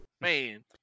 Man